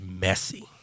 messy